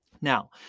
Now